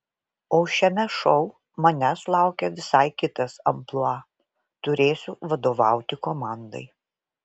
o šiame šou manęs laukia visai kitas amplua turėsiu vadovauti komandai